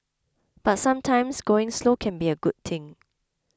but sometimes going slow can be a good thing